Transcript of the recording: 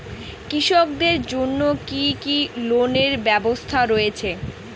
কৃষকদের জন্য কি কি লোনের ব্যবস্থা রয়েছে?